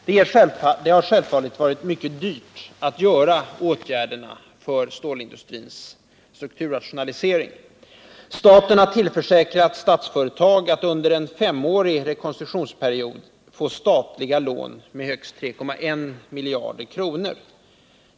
Det har självfallet varit mycket dyrt att genomföra åtgärderna för stålindustrins strukturrationalisering. Staten har tillförsäkrat Statsföretag att under en femårig rekonstruktionsperiod få statliga lån med högst 3,1 miljarder kronor.